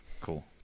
Cool